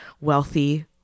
wealthy